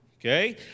Okay